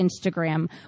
Instagram